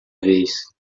vez